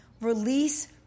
Release